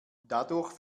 dadurch